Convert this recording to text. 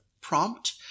prompt